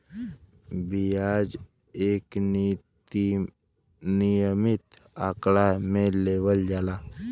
बियाज एक नियमित आंकड़ा मे लेवल जाला